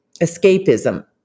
escapism